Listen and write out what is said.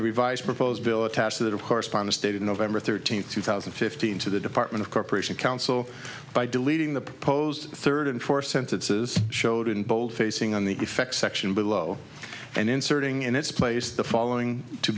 the revised proposed bill attached to that of correspondence dated november thirteenth two thousand and fifteen to the department of corporation counsel by deleting the proposed third and fourth sentences showed in bold facing on the effects section below and inserting in its place the following to